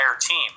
team